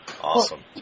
Awesome